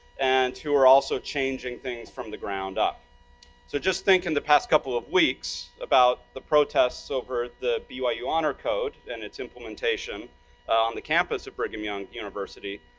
and who are also changing things from the ground up. so just think, in the past couple of weeks about the protests over the byu honor code, and it's implementation on the campus of brigham young university,